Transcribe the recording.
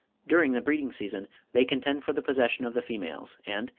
during the breeding-season they contend for the possession of the females and,